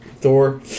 Thor